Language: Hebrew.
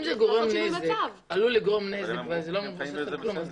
אם זה עלול לגרום נזק וזה לא מבוסס על כלום,